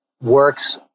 works